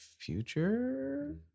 Future